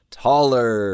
taller